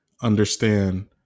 understand